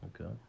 Okay